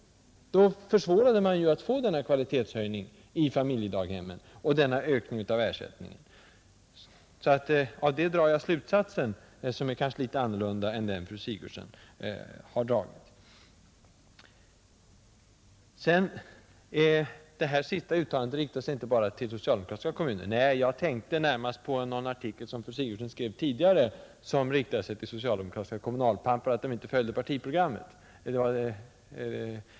Därmed försvårade man ansträngningarna att åstadkomma en ökning av ersättningen och en kvalitetshöjning på familjedaghemmen. Att LO:s senaste yttrande inte riktar sig enbart mot de socialdemokratiskt styrda kommunerna är nog riktigt. Jag tänkte närmast på en tidigare artikel av fru Sigurdsen som riktade sig mot socialdemokratiska kommunalpampar för att dessa inte följde partiprogrammet.